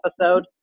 episode